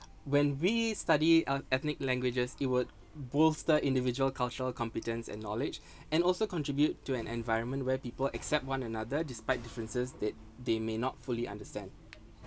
when we study uh ethnic languages it would bolster individual cultural competence and knowledge and also contribute to an environment where people accept one another despite differences that they may not fully understand